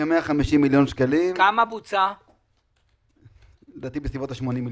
כמה יפה ככה היא